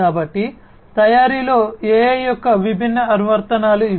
కాబట్టి తయారీలో AI యొక్క విభిన్న అనువర్తనాలు ఇవి